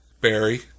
Barry